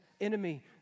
enemy